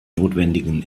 notwendigen